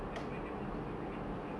the spiderman stole the guy pizza